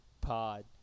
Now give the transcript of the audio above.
Pod